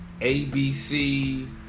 ABC